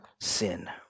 sin